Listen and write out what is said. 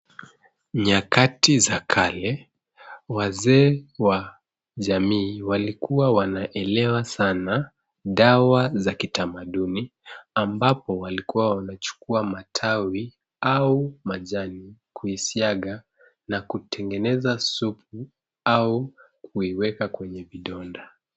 Nyakati za kale, wazee wa jamii walikuwa wanaelewa sana dawa za kitamaduni, ambapo walikuwa wanachukua majani au matawi kuisiaga, na kutengeneza supu au kuiweka kwenye vidonda.